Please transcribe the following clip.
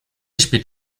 spielt